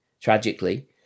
tragically